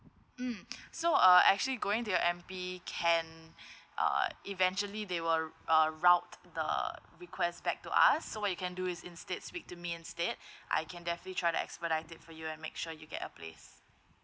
mm so uh actually going to your M_P can uh eventually they will uh route the request back to us so what you can do is instead speak to me instead I can definitely try to expedite it for you and make sure you get a place